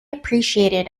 appreciated